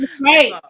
Right